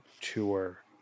tour